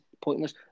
pointless